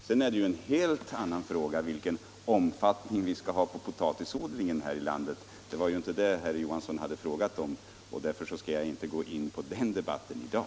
Sedan är det ju en helt annan fråga vilken omfattning potatisodlingen här i landet bör ha, men det var ju inte det som herr Johansson hade frågat om, och därför skall jag inte gå in på den debatten i dag.